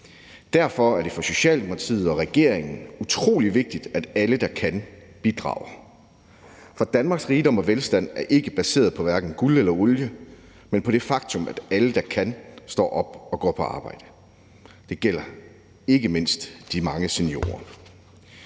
Derfor er det for Socialdemokratiet og regeringen utrolig vigtigt, at alle, der kan, bidrager. For Danmarks rigdom og velstand er ikke baseret på hverken guld eller olie, men på det faktum, at alle, der kan, står op og går på arbejde. Det gælder ikke mindst de mange seniorer.